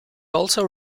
also